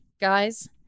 guys